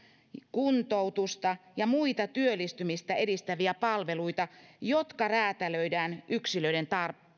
kuntoutusta ja muita työllistymistä edistäviä palveluita jotka räätälöidään yksilöiden